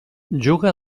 juga